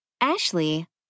Ashley